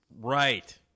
Right